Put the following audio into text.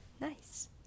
Nice